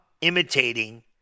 imitating